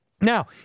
Now